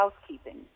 housekeeping